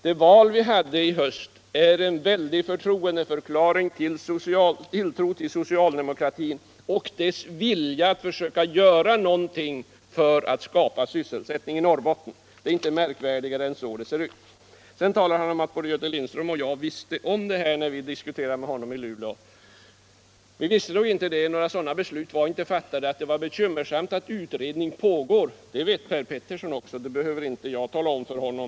Det val vi hade i höst är en väldig förklaring av tilltro till socialdemokratin och dess vilja att försöka göra någonting för att skapa sysselsiättning i Norrbotten - det är inte märkvärdigare än så det är. Sedan talar han om att både Göte Lindström och jag visste om det här när vi diskuterade med honom i Luleå. Vi visste nog inte det. Några sådana beslut var inte fattade. Att det var bekymmersamt och att utredning pågick det visste Per Petersson också. Det behövde jag inte tala om för honom.